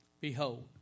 Behold